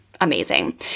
amazing